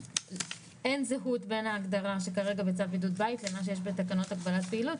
אין זהות בין ההגדרה שכרגע בצו בידוד בית מה שיש בתקנות --- פעילות